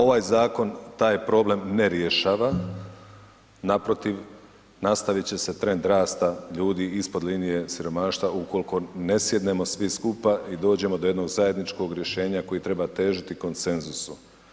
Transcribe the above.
Ovaj zakon taj problem ne rješava, naprotiv, nastavit će se trend rasta ljudi ispod linije siromaštva ukoliko ne sjednemo svi skupa i dođemo do jednog zajedničkog rješenja kojem treba težiti konsenzusom.